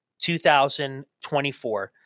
2024